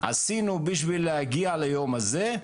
עשינו בשביל להגיע ליום הזה,